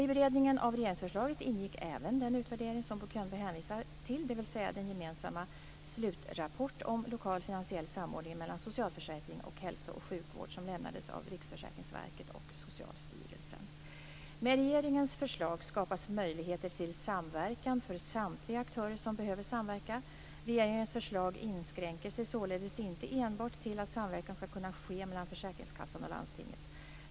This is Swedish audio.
I beredningen av regeringsförslaget ingick även den utvärdering som Bo Könberg hänvisar till, dvs. den gemensamma slutrapporten om lokal finansiell samordning mellan socialförsäkring och hälso och sjukvård som lämnades av Riksförsäkringsverket och Socialstyrelsen. Med regeringens förslag skapas möjligheter till samverkan för samtliga aktörer som behöver samverka. Regeringens förslag inskränker sig således inte enbart till att samverkan skall kunna ske mellan försäkringskassan och landstinget.